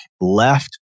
left